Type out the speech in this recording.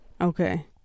Okay